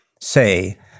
say